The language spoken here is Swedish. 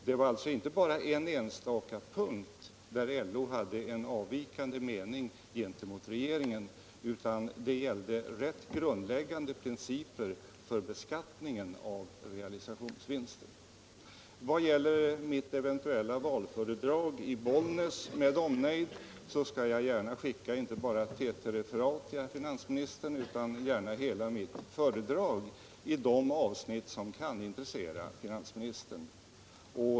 Det var alltså inte på en enstaka punkt som LO hade en avvikande mening gentemot regeringen, utan kritiken gällde grundläggande principer för beskattningen av realisationsvinst. Vad gäller mitt eventuella valföredrag i Bollnäs med omnejd skall jag gärna skicka inte bara ett TT-refererat till herr finansministern utan hela föredraget i de avsnitt som kan intressera finansministern.